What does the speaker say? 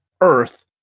Earth